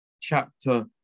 chapter